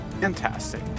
Fantastic